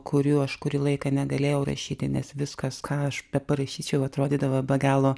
kurių aš kurį laiką negalėjau rašyti nes viskas ką aš parašyčiau atrodydavo be galo